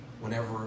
whenever